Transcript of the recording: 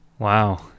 Wow